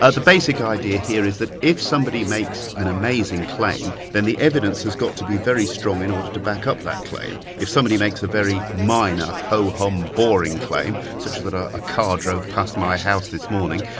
ah the basic idea here is that if somebody makes an amazing claim, then the evidence has got to be very strong in order to back up that claim. if somebody makes a very minor ho-hum boring claim, such as that ah a car drove past my house this morning,